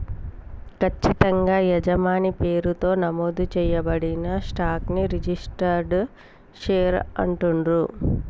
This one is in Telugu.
ఖచ్చితంగా యజమాని పేరుతో నమోదు చేయబడిన స్టాక్ ని రిజిస్టర్డ్ షేర్ అంటుండ్రు